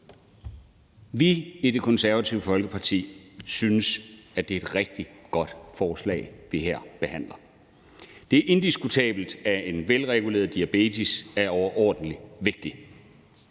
Vi i Det Konservative Folkeparti synes, at det er et rigtig godt forslag, vi her behandler. Det er indiskutabelt, at en velreguleret diabetes er overordentlig vigtig.